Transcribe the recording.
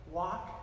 walk